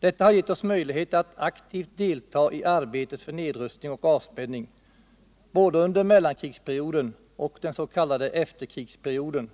Detta har gett oss möjlighet att aktivt delta i arbetet för nedrustning och avspänning både under mellankrigsperioden och under den s.k. efterkrigsperioden